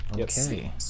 Okay